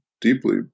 deeply